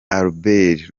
albert